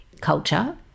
culture